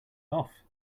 off